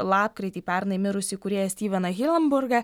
lapkritį pernai mirusį kūrėją styveną hilenburgą